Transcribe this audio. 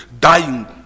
dying